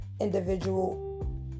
individual